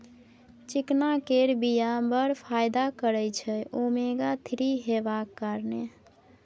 चिकना केर बीया बड़ फाइदा करय छै ओमेगा थ्री हेबाक कारणेँ